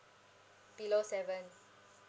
below seven